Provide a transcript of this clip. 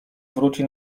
wróci